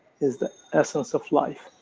is the essence of life,